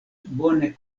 bone